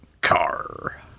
Car